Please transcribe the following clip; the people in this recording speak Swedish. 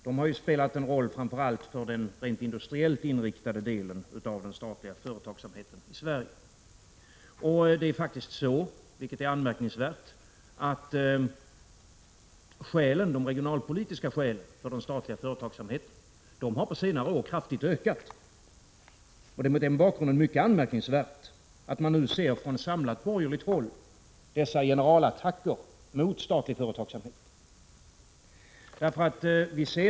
De har framför allt spelat en roll för den industriellt inriktade delen av den statliga företagsamheten i Sverige. De regionalpolitiska skälen för den statliga företagsamheten har på senare år kraftigt ökat, vilket är anmärkningsvärt. Det är mot den bakgrunden också mycket anmärkningsvärt att man nu ser dessa generalattacker mot statlig företagsamhet från samlat borgerligt håll.